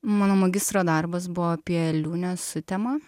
mano magistro darbas buvo apie liūnę sutemą